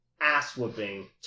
ass-whooping